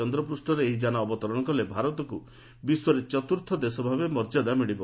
ଚନ୍ଦ୍ରପୃଷ୍ଠରେ ଏହି ଯାନ ଅବତରଣ କଲେ ଭାରତକୁ ବିଶ୍ୱରେ ଚତୁର୍ଥ ଦେଶ ଭାବେ ମର୍ଯ୍ୟାଦା ମିଳିବ